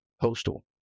postal